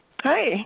hi